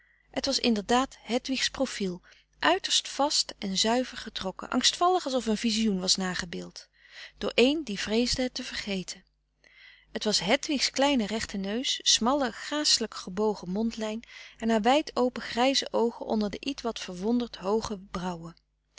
het was inderdaad hedwigs profiel uiterst vast en zuiver getrokken angstvallig alsof een vizioen was nagebeeld frederik van eeden van de koele meren des doods door een die vreesde het te vergeten het was hedwigs kleine rechte neus smalle gracelijk gebogen mond lijn en haar wijd-open grijze oogen onder de ietwat verwonderd hooge brauwen